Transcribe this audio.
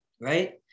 Right